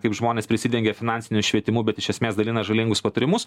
kaip žmonės prisidengia finansiniu švietimu bet iš esmės dalina žalingus patarimus